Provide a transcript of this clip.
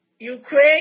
Ukraine